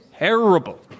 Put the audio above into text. Terrible